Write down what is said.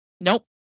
nope